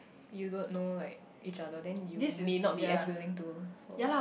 you don't know like each other then you may not be as willing to so